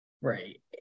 Right